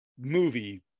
movie